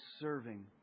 serving